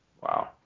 Wow